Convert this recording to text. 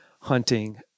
hunting